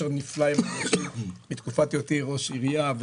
נפלא עם אנשים מתקופת היותי ראש עירייה,